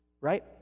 right